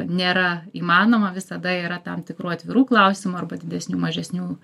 nėra įmanoma visada yra tam tikrų atvirų klausimų arba didesnių mažesnių